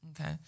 Okay